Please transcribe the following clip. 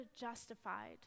justified